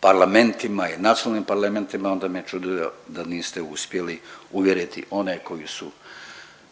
parlamentima i nacionalnim parlamentima, onda me čudi da niste uspjeli uvjeriti one koji su